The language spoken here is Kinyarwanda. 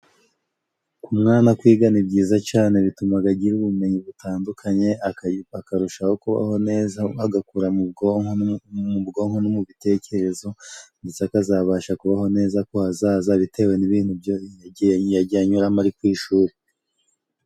Ku mwana kwiga ni byiza cane bitumaga agira ubumenyi butandukanye, akarushaho kubaho neza agakura mu bwonko no mu bitekerezo, ndetse akazabasha kubaho neza ku hazaza bitewe n'ibintu yagiye anyuramo ari ku ishuri.